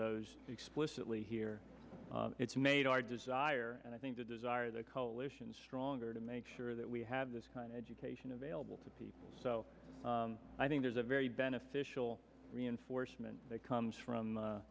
those explicitly here it's made our desire and i think the desire of the coalition stronger to make sure that we have this kind of education available to people so i think there's a very beneficial reinforcement that comes from